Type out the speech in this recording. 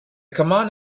command